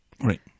Right